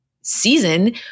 season